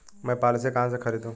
मैं पॉलिसी कहाँ से खरीदूं?